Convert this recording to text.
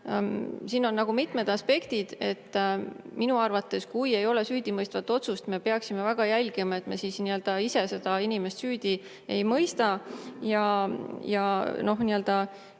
siin on nagu mitmed aspektid. Minu arvates, kui ei ole süüdimõistvat otsust, me peaksime väga jälgima, et me ise seda inimest süüdi ei mõistaks. Ja noh, täna